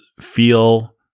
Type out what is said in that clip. feel